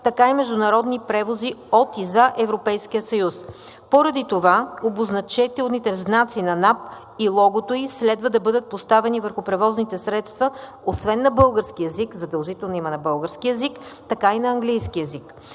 така и международни превози от и за Европейския съюз. Поради това обозначителните знаци на НАП и логото ѝ следва да бъдат поставени върху превозните средства освен на български език – задължително има на български, и на английски език.